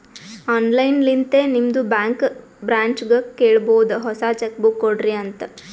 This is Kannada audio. ಆನ್ಲೈನ್ ಲಿಂತೆ ನಿಮ್ದು ಬ್ಯಾಂಕ್ ಬ್ರ್ಯಾಂಚ್ಗ ಕೇಳಬೋದು ಹೊಸಾ ಚೆಕ್ ಬುಕ್ ಕೊಡ್ರಿ ಅಂತ್